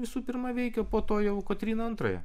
visų pirma veikia po to jau kotryną antrąją